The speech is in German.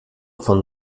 von